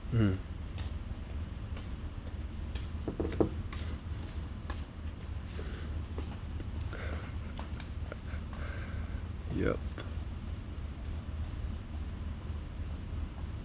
mm yup